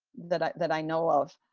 that i that i know of,